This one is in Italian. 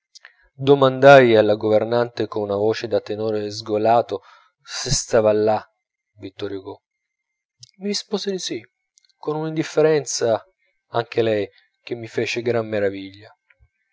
domandai alla governante con una voce da tenore sgolato se stava là vittor hugo mi rispose di sì con un'indifferenza anche lei che mi fece gran meraviglia